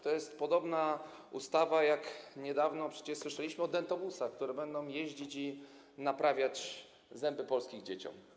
To jest podobna ustawa do tej, o której niedawno przecież słyszeliśmy, o dentobusach, które będą jeździć i naprawiać zęby polskim dzieciom.